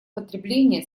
потребления